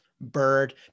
bird